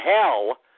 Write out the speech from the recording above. hell